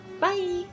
Bye